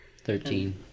Thirteen